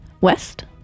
west